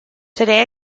today